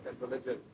religion